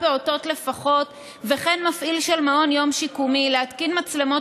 פעוטות לפחות וכן מפעיל של מעון יום שיקומי להתקין מצלמות